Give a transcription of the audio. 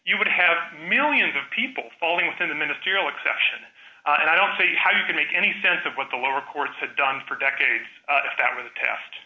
you would have millions of people falling within the ministerial exception and i don't see how you can make any sense of what the lower courts have done for decades if that were the test